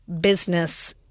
business